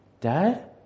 Dad